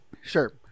Sure